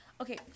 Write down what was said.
okay